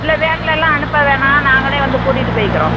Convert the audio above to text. இல்லை வேனில் எல்லாம் அனுப்ப வேணாம் நாங்களே வந்து கூட்டிட்டு போயிக்கிறோம்